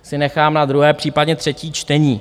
To si nechám na druhé, případně třetí čtení.